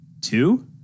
Two